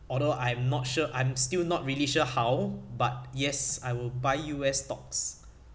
although I'm not sure I'm still not really sure how but yes I will buy U_S stocks